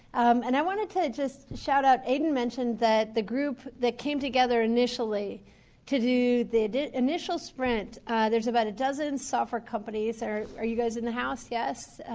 and i wanted to just shout out aden mentioned that the group that came together initially to do the initial sprint there's about a dozen software companies. are are you guys in the house? yes?